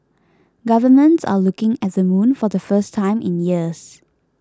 governments are looking at the moon for the first time in years